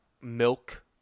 milk